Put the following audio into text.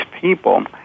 people